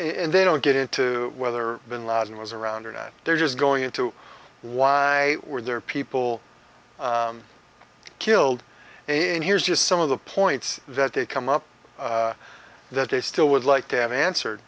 in they don't get into whether bin laden was around or not they're just going into why were there people killed and here's just some of the points that they come up that they still would like to have answered